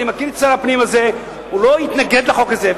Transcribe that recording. אני מכיר את שר הפנים הזה, הוא לא יתנגד לחוק הזה.